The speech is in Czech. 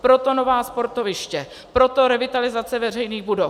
Proto nová sportoviště, proto revitalizace veřejných budov.